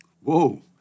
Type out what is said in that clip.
Whoa